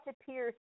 appears